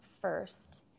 first